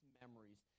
memories